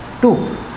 Two